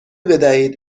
بدهید